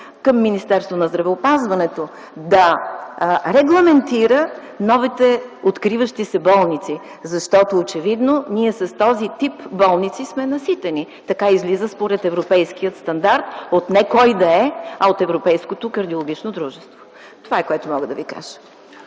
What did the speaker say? към Министерството на здравеопазването да регламентира новите откриващи се болници, защото очевидно с този тип болници сме наситени. Така излиза според европейския стандарт - от не кой да е, а от Европейското кардиологично дружество. Това е, което мога да Ви кажа.